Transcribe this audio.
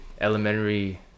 elementary